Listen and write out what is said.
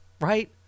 right